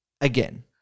again